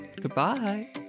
Goodbye